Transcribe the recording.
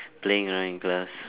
playing around in class